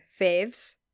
faves